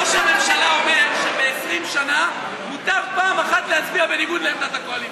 ראש הממשלה אומר שב-20 שנה מותר פעם אחת להצביע בניגוד לעמדת הקואליציה.